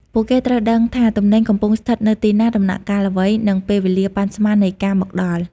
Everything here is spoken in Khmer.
ពួកគេត្រូវដឹងថាទំនិញកំពុងស្ថិតនៅទីណា ដំណាក់កាលអ្វី និងពេលវេលាប៉ាន់ស្មាននៃការមកដល់។